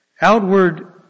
Outward